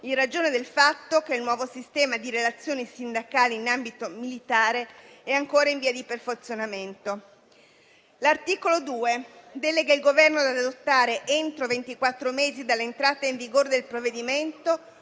in ragione del fatto che il nuovo sistema di relazioni sindacali in ambito militare è ancora in via di perfezionamento. L'articolo 2 delega il Governo ad adottare entro ventiquattro mesi dall'entrata in vigore del provvedimento